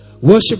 Worship